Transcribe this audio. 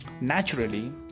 Naturally